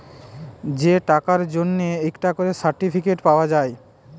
যে টাকার জন্যে একটা করে সার্টিফিকেট পাওয়া যায়